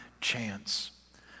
chance